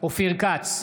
אופיר כץ,